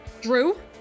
Drew